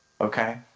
Okay